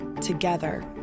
Together